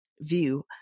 view